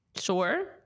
sure